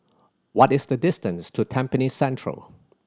what is the distance to Tampines Central